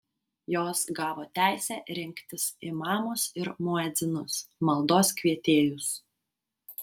jos gavo teisę rinktis imamus ir muedzinus maldos kvietėjus